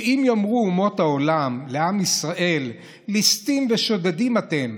שאם יאמרו אומות העולם לישראל: ליסטים ושודדים אתם,